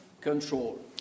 control